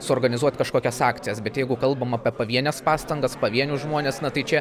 suorganizuot kažkokias akcijas bet jeigu kalbam apie pavienes pastangas pavienius žmones na tai čia